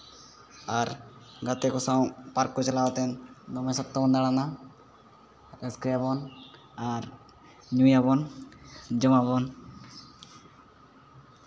ᱟᱨ ᱜᱟᱛᱮ ᱠᱚ ᱥᱟᱶ ᱯᱟᱨᱠ ᱠᱚ ᱪᱟᱞᱟᱣ ᱠᱟᱛᱮ ᱫᱚᱢᱮ ᱥᱚᱠᱛᱚ ᱵᱚᱱ ᱫᱟᱬᱟᱱᱟ ᱨᱟᱹᱥᱠᱟᱹᱭᱟᱵᱚᱱ ᱟᱨ ᱧᱩᱭᱟᱵᱚᱱ ᱡᱚᱢᱟᱵᱚᱱ